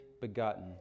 begotten